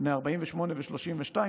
בני 48 ו-32,